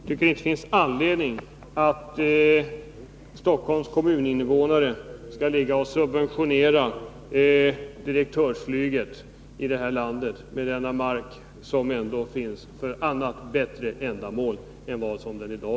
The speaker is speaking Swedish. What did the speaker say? Det finns inte någon anledning att Stockholms kommuns invånare skall subventionera direktörsflyget i det här landet med den mark som kunde användas bättre än som sker i dag.